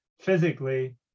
physically